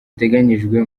iteganyijwe